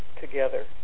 together